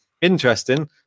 interesting